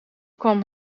kwam